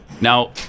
Now